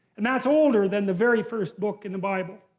and that's older than the very first book in the bible.